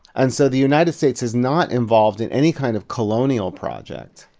and so the united states is not involved in any kind of colonial project,